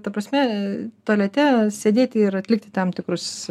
ta prasme tualete sėdėti ir atlikti tam tikrus